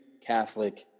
Catholic